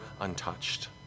untouched